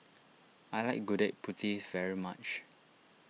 I like Gudeg Putih very much